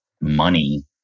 money